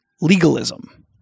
legalism